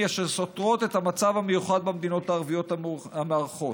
אשר סותרות את המצב המיוחד במדינות הערביות המארחות,